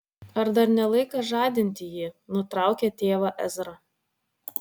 ar dar ne laikas žadinti jį nutraukė tėvą ezra